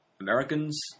Americans